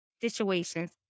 situations